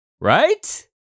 Right